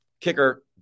kicker